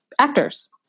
actors